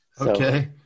Okay